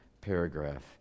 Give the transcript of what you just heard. paragraph